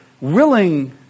willing